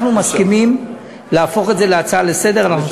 אנחנו מסכימים להפוך את זה להצעה לסדר-היום.